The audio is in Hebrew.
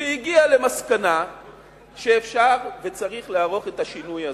והגיע למסקנה שאפשר וצריך לערוך את השינוי הזה,